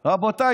רבותיי,